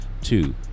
Two